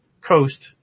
coast